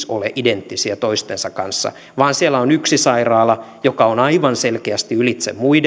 ole identtisiä toistensa kanssa vaan siellä on yksi sairaala joka on aivan selkeästi ylitse muiden